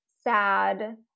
sad